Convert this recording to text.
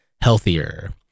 healthier